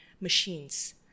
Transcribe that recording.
machines